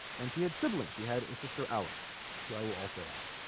and she had siblings she had a sister alice who i will also add